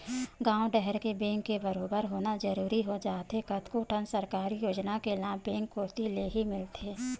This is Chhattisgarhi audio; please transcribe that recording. गॉंव डहर के बेंक के बरोबर होना जरूरी हो जाथे कतको ठन सरकारी योजना के लाभ बेंक कोती लेही मिलथे